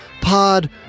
Pod